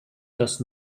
does